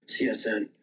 CSN